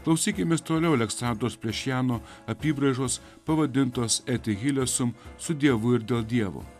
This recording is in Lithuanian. klausykimės toliau aleksados plešjano apybraižos pavadintos eti hilesum su dievu ir dėl dievo